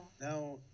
now